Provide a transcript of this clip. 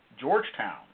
Georgetown